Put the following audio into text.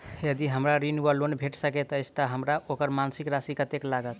यदि हमरा ऋण वा लोन भेट सकैत अछि तऽ हमरा ओकर मासिक राशि कत्तेक लागत?